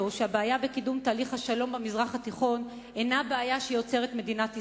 שהבעיה בקידום תהליך השלום במזרח התיכון אינה בעיה שיוצרת מדינת ישראל.